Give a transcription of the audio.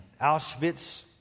Auschwitz